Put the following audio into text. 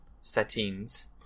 settings